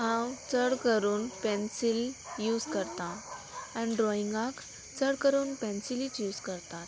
हांव चड करून पेन्सील यूज करतां आनी ड्रॉइंगाक चड करून पेन्सिलीच यूज करता